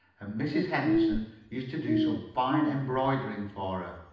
and mrs. henderson used to do some fine embroidering for her.